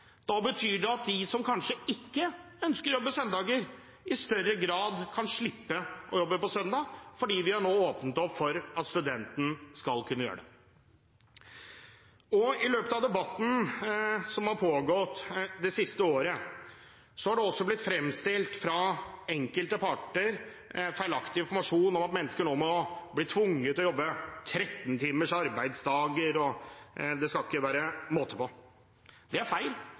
Da kan de som kanskje ikke ønsker å jobbe på søndager, i større grad få slippe å jobbe på søndag, fordi vi nå har åpnet opp for at studenten skal kunne gjøre det. I løpet av debatten som har pågått det siste året, har det også blitt fremstilt fra enkelte parter som om mennesker nå kan bli tvunget til å jobbe 13 timers arbeidsdager, og det er ikke måte på. Det er